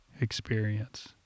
experience